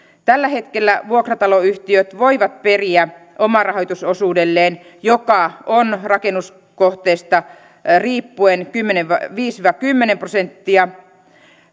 tällä hetkellä vuokrataloyhtiöt voivat periä omarahoitusosuudelleen joka on rakennuskohteesta riippuen viisi viiva kymmenen prosenttia